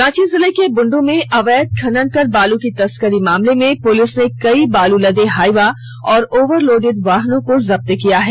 रांची जिले के बुंडू में अवैध खनन कर बालू की तस्करी मामले में पुलिस ने कई बालू लदे हाइवा और ओवरलोडेड वाहनों को जब्त किया है